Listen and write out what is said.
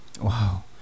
Wow